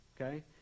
okay